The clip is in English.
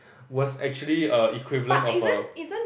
was actually a equivalent of a